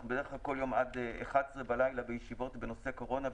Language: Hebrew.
אנחנו דרך כלל יום עד 23:00 בישיבות בנושא קורונה.